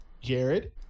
Jared